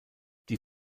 die